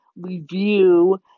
review